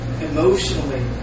emotionally